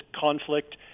conflict